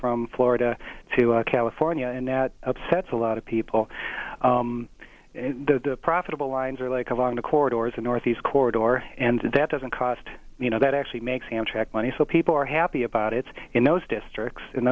from florida to california and that upsets a lot of people the profitable lines are like along the corridors the northeast corridor and that doesn't cost you know that actually makes amtrak money so people are happy about it in those districts in